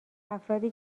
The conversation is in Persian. افرادی